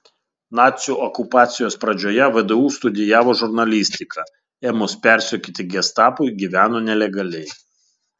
nacių okupacijos pradžioje vdu studijavo žurnalistiką ėmus persekioti gestapui gyveno nelegaliai